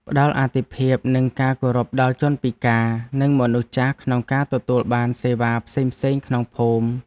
ផ្តល់អាទិភាពនិងការគោរពដល់ជនពិការនិងមនុស្សចាស់ក្នុងការទទួលបានសេវាផ្សេងៗក្នុងភូមិ។